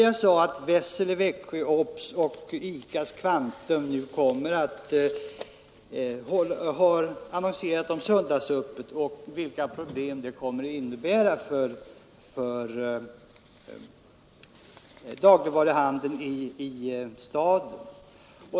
Jag sade att varuhusen Wessels, OBS och ICA:s Kvantum i Växjö nu har annonserat om söndagsöppet och påpekade vilka problem det kommer att innebära för dagligvaruhandeln i staden.